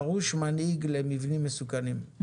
דרוש מנהיג למבנים מסוכנים.